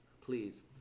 Please